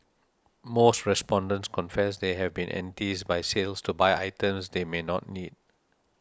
most respondents confess they have been enticed by sales to buy items they may not need